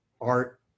art